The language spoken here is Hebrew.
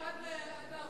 מסירים עד עמוד,